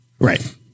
Right